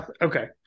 Okay